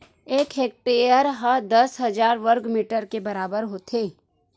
एक हेक्टेअर हा दस हजार वर्ग मीटर के बराबर होथे